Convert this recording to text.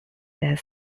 that